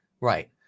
Right